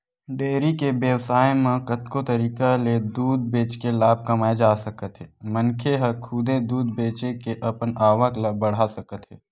dairy के बेवसाय म कतको तरीका ले दूद बेचके लाभ कमाए जा सकत हे मनखे ह खुदे दूद बेचे के अपन आवक ल बड़हा सकत हे